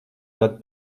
tad